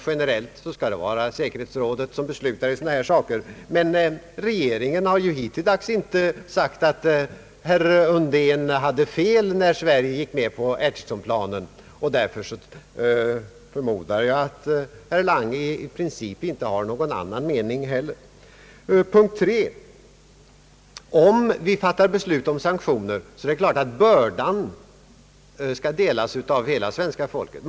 Generellt bör säkerhetsrådet besluta i sådana här saker, men regeringen har ju hittilldags inte sagt att herr Undén haft fel när Sverige gick med på Achesonplanen. Jag förmodar därför att herr Lange i princip inte har någon annan mening heller. Den tredje punkten är att om vi fattar beslut om sanktioner, skall bördan delas av hela svenska folket.